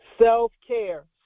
Self-care